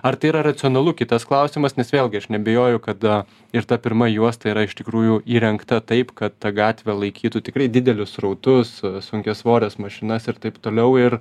ar tai yra racionalu kitas klausimas nes vėlgi aš neabejoju kad ir ta pirma juosta yra iš tikrųjų įrengta taip kad ta gatvė laikytų tikrai didelius srautus sunkiasvores mašinas ir taip toliau ir